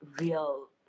real